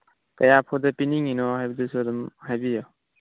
ꯀꯌꯥ ꯐꯥꯎꯗ ꯄꯤꯅꯤꯡꯉꯤꯕꯅꯣ ꯍꯥꯏꯕꯗꯨꯁꯨ ꯑꯗꯨꯝ ꯍꯥꯏꯕꯤꯌꯨ